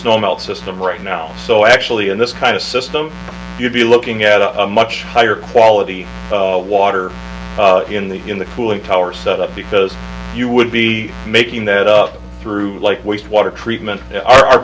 snow melt system right now so actually in this kind of system you'd be looking at a much higher quality of water in the in the cooling tower set up because you would be making that up through like waste water treatment our